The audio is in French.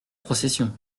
procession